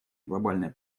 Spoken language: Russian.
глобальной